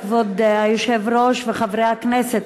כבוד היושב-ראש וחברי הכנסת,